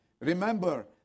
Remember